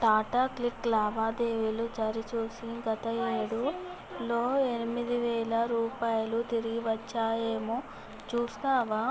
Tata CLiQ లావాదేవీలు సరిచూసి గత యేడులో ఎనిమిదివేల రూపాయలు తిరిగి వచ్చాయేమో చూస్తావా